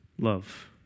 Love